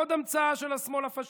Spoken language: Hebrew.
עוד המצאה של השמאל הפשיסטי.